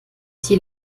die